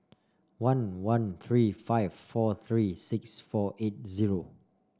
one one three five four three six four eight zero